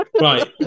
Right